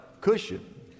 cushion